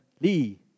Lee